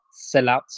sellouts